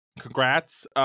Congrats